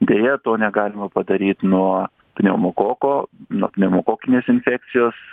deja to negalima padaryt nuo pneumokoko nuo pneumokokinės infekcijos